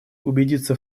убедиться